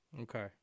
Okay